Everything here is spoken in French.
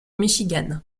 michigan